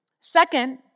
Second